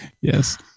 Yes